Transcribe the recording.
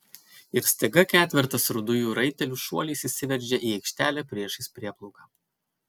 ir staiga ketvertas rudųjų raitelių šuoliais įsiveržė į aikštelę priešais prieplauką